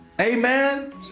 Amen